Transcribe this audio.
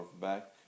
back